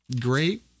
great